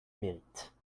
mérite